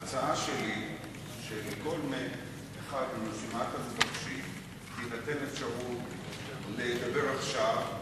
ההצעה שלי היא שלכל אחד מרשימת המבקשים תינתן אפשרות לדבר עכשיו,